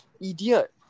Idiot